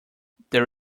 there